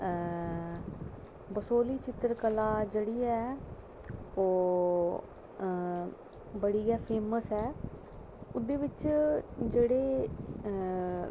ते बसोह्ली चित्रकला जेह्ड़ी ऐ ओह् बड़ी गै फेमस ऐ एह्दे बिच जेह्ड़े